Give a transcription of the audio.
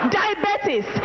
diabetes